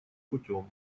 путем